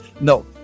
no